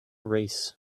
race